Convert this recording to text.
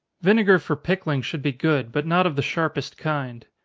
vinegar for pickling should be good, but not of the sharpest kind.